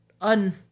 un